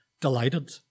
delighted